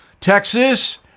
Texas